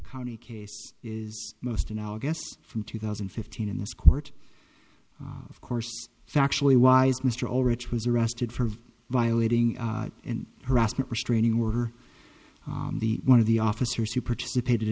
county case is most analogous from two thousand and fifteen in this court of course factually wise mr all rich was arrested for violating and harassment restraining order the one of the officers who participated